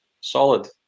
solid